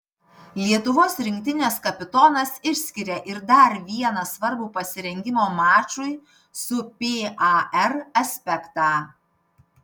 lietuvos rinktinės kapitonas išskiria ir dar vieną svarbų pasirengimo mačui su par aspektą